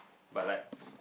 but like